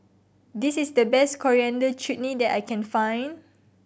this is the best Coriander Chutney that I can find